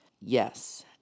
Yes